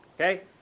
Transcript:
okay